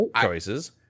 choices